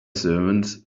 servants